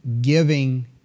giving